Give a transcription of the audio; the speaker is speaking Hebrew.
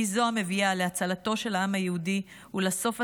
הוא זה המביא להצלתו של העם היהודי ולסוף